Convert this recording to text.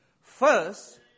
First